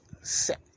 set